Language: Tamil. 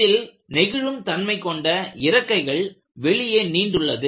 இதில் நெகிழும் தன்மை கொண்ட இறக்கைகள் வெளியே நீண்டுள்ளது